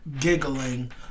giggling